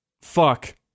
Fuck